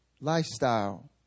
lifestyle